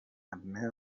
عمه